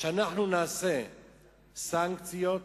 שנעשה סנקציות,